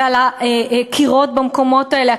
ועל הקירות במקומות האלה,